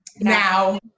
Now